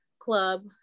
club